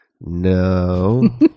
No